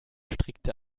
strickte